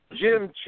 Jim